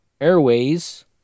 airways